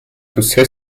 توسه